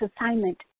assignment